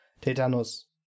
Tetanus